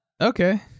okay